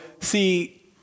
See